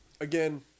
again